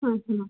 হুম হুম